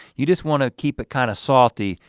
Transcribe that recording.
you just wanna keep it kind of salty,